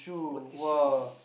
what the shoes